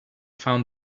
found